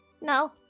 No